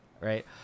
Right